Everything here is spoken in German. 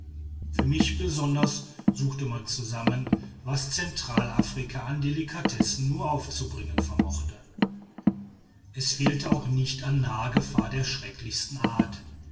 für mich besonders suchte man zusammen was zentralafrika an delikatessen nur aufzubringen vermochte es fehlte auch nicht an naher gefahr der schrecklichsten art